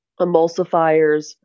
emulsifiers